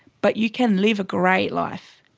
but you can live a great life,